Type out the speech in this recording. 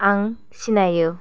आं सिनायो